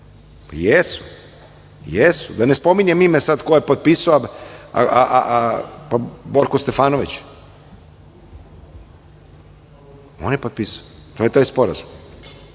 godine. Da ne spominjem ime ko je potpisao, pa Borko Stefanović. On je potpisao, to je taj sporazum. Još